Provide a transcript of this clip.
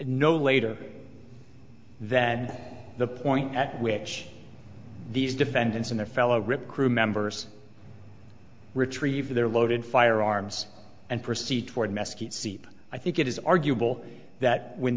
no later than the point at which these defendants and the fellow rip crew members retrieve their loaded firearms and proceed toward mesquite seed i think it is arguable that when